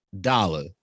Dollar